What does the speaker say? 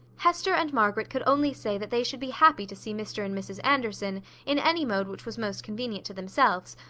hester and margaret could only say that they should be happy to see mr and mrs anderson in any mode which was most convenient to themselves.